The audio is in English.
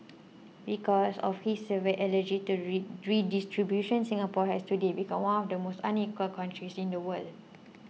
because of his severe allergy to redistribution Singapore has today become one of the most unequal countries in the world